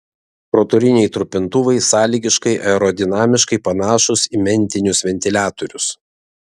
rotoriniai trupintuvai sąlygiškai aerodinamiškai panašūs į mentinius ventiliatorius